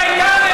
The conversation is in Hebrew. לא עשיתם.